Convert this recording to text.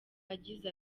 yagize